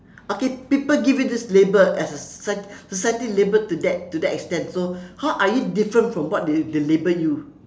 okay people give you this label as a s~ as a society label to that to that extent so how are you different from what they they labeled you